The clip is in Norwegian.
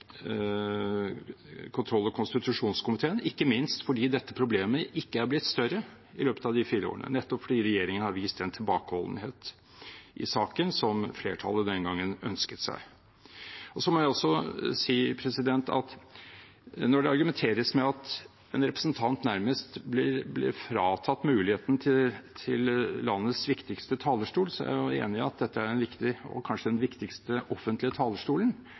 kontroll- og konstitusjonskomiteen, ikke minst fordi dette problemet ikke er blitt større i løpet av de fire årene, nettopp fordi regjeringen har vist den tilbakeholdenhet i saken som flertallet den gangen ønsket seg. Så må jeg også si at når det argumenteres med at en representant nærmest blir fratatt muligheten til landets viktigste talerstol, er jeg enig i at dette er en viktig og kanskje den viktigste offentlige talerstolen,